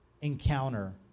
encounter